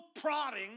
prodding